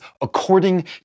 according